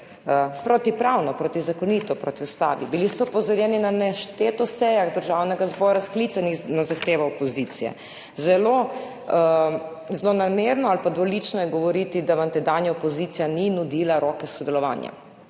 protipravno, protizakonito, proti ustavi. Bili ste opozorjeni na nešteto sejah Državnega zbora, sklicanih na zahtevo opozicije. Zelo zlonamerno ali pa dvolično je govoriti, da vam tedanja opozicija ni nudila roke sodelovanja.